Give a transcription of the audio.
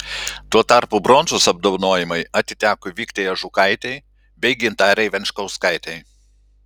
tuo tarpu bronzos apdovanojimai atiteko viktei ažukaitei bei gintarei venčkauskaitei